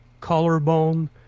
collarbone